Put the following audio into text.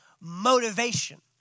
motivation